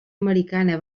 americana